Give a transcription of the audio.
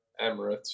Emirates